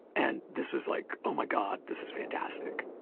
and this was like, oh my god, this is fantastic.